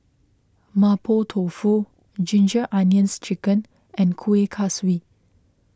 Mapo Tofu Ginger Onions Chicken and Kuih Kaswi